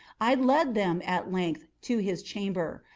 i led them, at length, to his chamber.